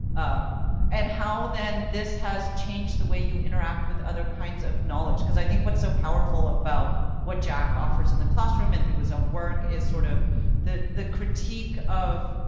and how then, this has changed the way you interact with other kinds of knowledge, cause i think what's so powerful about what jack offers in the classroom and through his own work, is sort of the the critique of,